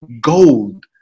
gold